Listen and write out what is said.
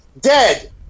Dead